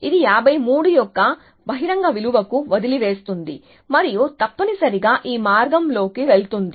ఇది 53 యొక్క బహిరంగ విలువకు వదిలివేస్తుంది మరియు తప్పనిసరిగా ఈ మార్గంలోకి వెళుతుంది